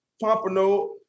Pompano